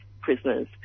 prisoners